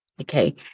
Okay